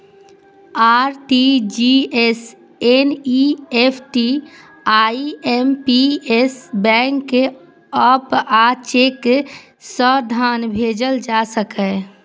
RTGS, NEFT, IMPS, bank app आ cheque सं धन भेजल जा सकैए